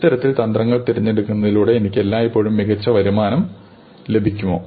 ഇത്തരത്തിൽ തന്ത്രങ്ങൾ തിരഞ്ഞെടുക്കുന്നതിലൂടെ എനിക്ക് എല്ലായ്പ്പോഴും മികച്ച വരുമാനം ലഭിക്കുമോ